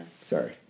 Sorry